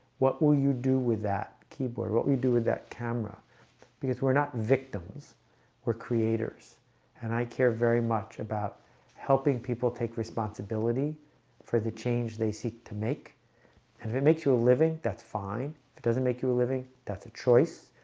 what will you do with that keyboard what we do with that camera because we're not victims we're creators and i care very much about helping people take responsibility for the change they seek to make and if it makes you a living, that's fine it doesn't make you a living that's a choice,